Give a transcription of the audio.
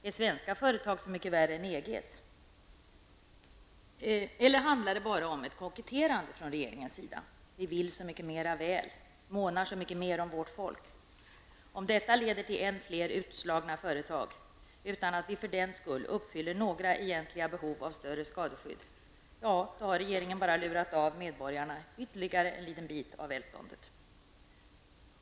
Är svenska företag så mycket värre än EGs? Eller handlar det bara om ett koketterande från regeringens sida? ''Vi vill så mycket mera väl, månar så mycket mer om vårt folk.'' Om detta leder till än fler utslagna företag, utan att vi för den skull uppfyller några egentliga behov av större skadeskydd, har regeringen bara lurat av medborgarna ytterligare en liten bit av välståndet.